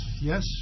yes